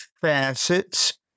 facets